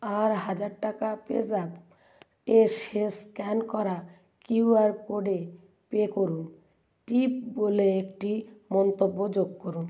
আর হাজার টাকা পেজ্যাপ এ শেষ স্ক্যান করা কিউ আর কোডে পে করুন টিপ বলে একটি মন্তব্য যোগ করুন